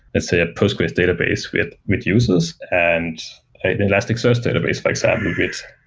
let's say, a postgres database with mid-users and elasticsearch database, for example,